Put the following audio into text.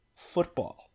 Football